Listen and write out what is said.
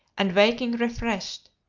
and waking refreshed!